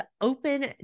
open